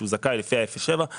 שהוא זכאי לפי האפס עד שבעה קילומטר,